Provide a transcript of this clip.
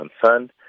concerned